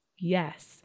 Yes